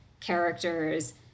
characters